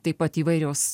taip pat įvairios